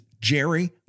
Jerry